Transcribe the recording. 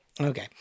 Okay